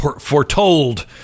foretold